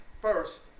first